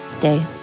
Day